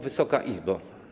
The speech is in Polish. Wysoka Izbo!